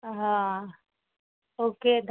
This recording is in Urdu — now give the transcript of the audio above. ہاں اوکے